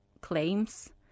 claims